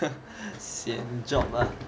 sian job ah